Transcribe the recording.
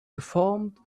geformt